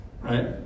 Right